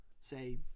say